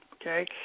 Okay